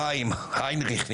חיים חנני היינריך,